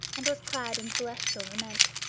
and was clad in celestial raiment.